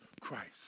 Christ